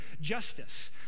justice